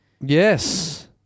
Yes